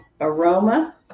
aroma